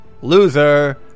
Loser